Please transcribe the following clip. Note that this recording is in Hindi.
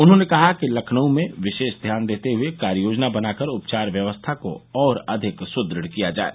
उन्होंने कहा कि लखनऊ में विशेष ध्यान देते हुए कार्य योजना बनाकर उपचार व्यवस्था को और अधिक सुदृढ़ किया जाये